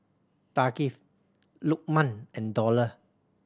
Thaqif Lukman and Dollah